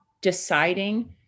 deciding